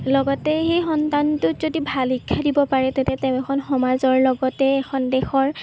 লগতে সেই সন্তানটোক যদি ভাল শিক্ষা দিব পাৰে তেনে তেওঁ এখন সমাজৰ লগতে এখন দেশৰ